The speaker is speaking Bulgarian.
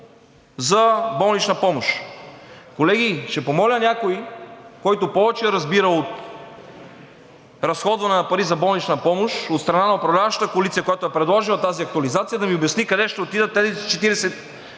за болнична помощ. Колеги, ще помоля някой, който повече разбира от разходване на пари за болнична помощ от страна на управляващата коалиция, която е предложила тази актуализация, да ми обясни къде ще отидат тези 45